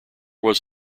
was